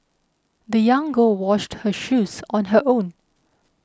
the young girl washed her shoes on her own